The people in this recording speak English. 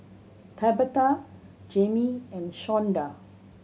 Tabatha Jayme and Shawnda